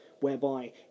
whereby